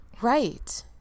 Right